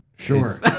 sure